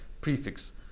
prefix